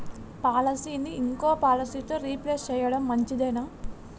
పాలసీని ఇంకో పాలసీతో రీప్లేస్ చేయడం మంచిదేనా?